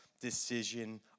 decision